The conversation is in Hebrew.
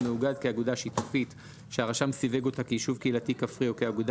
המאוגד כאגודה שיתופית שהרשם סיווג אותה כיישוב קהילתי כפרי או כאגודה